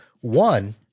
One